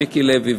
מיקי לוי,